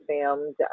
filmed